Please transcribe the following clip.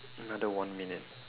another one minute